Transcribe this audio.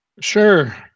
Sure